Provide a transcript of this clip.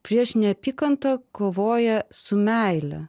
prieš neapykantą kovoja su meile